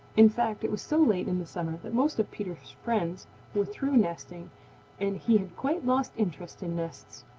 in fact, it was so late in the summer that most of peter's friends were through nesting and he had quite lost interest in nests.